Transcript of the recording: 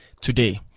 today